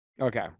Okay